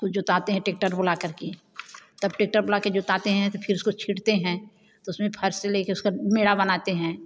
तो जोताते हैं ट्रैक्टर बोला कर के तब ट्रैक्टर बोला के जोताते हैं फिर उसको छीटते हैं उसमें फर ले के उसका मेड़ा बनाते हैं